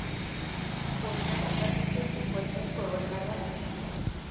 कोणत्या प्रकारची शेती पद्धत परवडणारी आहे?